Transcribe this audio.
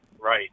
Right